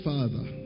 Father